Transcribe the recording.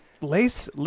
Lace